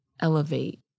elevate